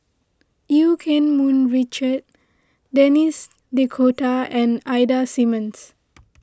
Eu Keng Mun Richard Denis D'Cotta and Ida Simmons